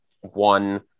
one